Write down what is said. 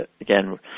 again